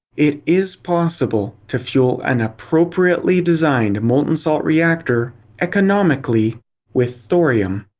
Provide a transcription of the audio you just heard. it is possible to fuel an appropriately designed molten salt reactor economically with thorium.